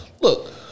Look